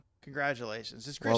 Congratulations